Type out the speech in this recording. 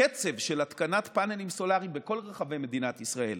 הקצב של התקנת פאנלים סולריים בכל רחבי מדינת ישראל,